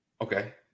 Okay